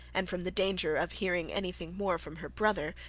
and from the danger of hearing any thing more from her brother,